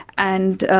and